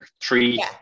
Three